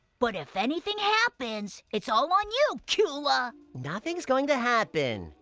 but if anything happens. it's all on you, cula! nothing's going to happen.